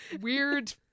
Weird